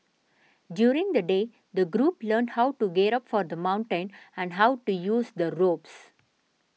during the day the group learnt how to gear up for the mountain and how to use the ropes